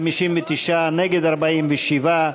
59, נגד, 47,